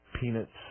peanuts